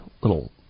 little